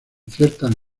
ciertas